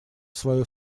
свою